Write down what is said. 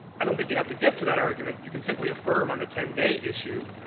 i don't think you have to get to that argument, you can simply affirm on the ten day issue,